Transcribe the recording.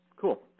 Cool